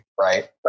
right